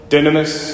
Dynamis